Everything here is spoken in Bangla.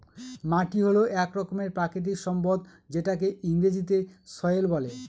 মাটি হল এক রকমের প্রাকৃতিক সম্পদ যেটাকে ইংরেজিতে সয়েল বলে